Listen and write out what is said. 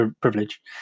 privilege